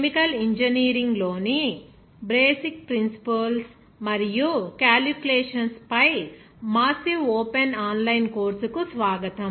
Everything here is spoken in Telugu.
కెమికల్ ఇంజనీరింగ్లో ని బేసిక్ ప్రిన్సిపుల్స్ మరియు క్యాలిక్యులేషన్స్ పై మాసివ్ ఓపెన్ ఆన్లైన్ కోర్సుకు స్వాగతం